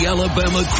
Alabama